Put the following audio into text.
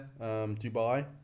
Dubai